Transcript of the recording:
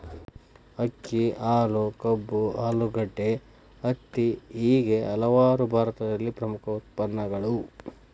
ಅಕ್ಕಿ, ಹಾಲು, ಕಬ್ಬು, ಆಲೂಗಡ್ಡೆ, ಹತ್ತಿ ಹೇಗೆ ಹಲವಾರು ಭಾರತದಲ್ಲಿ ಪ್ರಮುಖ ಉತ್ಪನ್ನಗಳು